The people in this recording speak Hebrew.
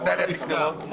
מתי נדליק נרות?